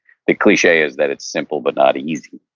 the cliche is that it's simple, but not easy.